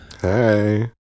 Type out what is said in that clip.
Hey